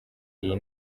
iyi